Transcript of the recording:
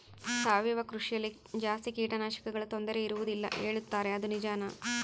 ಸಾವಯವ ಕೃಷಿಯಲ್ಲಿ ಜಾಸ್ತಿ ಕೇಟನಾಶಕಗಳ ತೊಂದರೆ ಇರುವದಿಲ್ಲ ಹೇಳುತ್ತಾರೆ ಅದು ನಿಜಾನಾ?